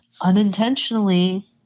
unintentionally